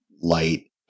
light